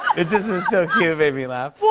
it just was so cute. it made me laugh. well,